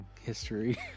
history